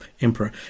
emperor